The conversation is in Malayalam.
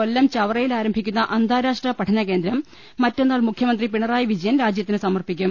കൊല്ലം ചവറയിൽ ആരംഭിക്കുന്ന അന്താരാഷ്ട്ര പഠനകേന്ദ്രം മറ്റന്നാൾ മുഖ്യമന്ത്രി പിണറായി വിജയൻ രാജ്യത്തിന് സമർപ്പിക്കും